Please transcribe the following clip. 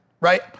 right